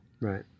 right